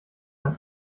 ein